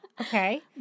Okay